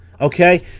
Okay